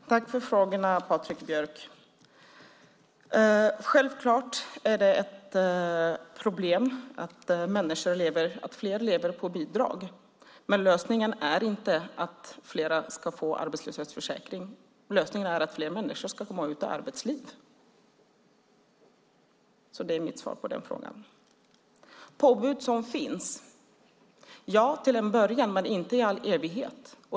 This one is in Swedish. Herr talman! Tack för frågorna, Patrik Björck! Självfallet är det ett problem att fler människor lever på bidrag. Men lösningen är inte att fler ska få arbetslöshetsförsäkring. Lösningen är att fler människor ska komma ut i arbetslivet. Det är mitt svar på frågan. När det gäller påhugg som finns är svaret: Ja, till en början, men inte i all evighet!